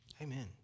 amen